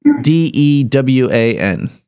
D-E-W-A-N